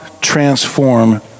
transform